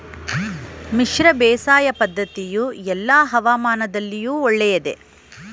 ಮಿಶ್ರ ಬೇಸಾಯ ಪದ್ದತಿಯು ಎಲ್ಲಾ ಹವಾಮಾನದಲ್ಲಿಯೂ ಒಳ್ಳೆಯದೇ?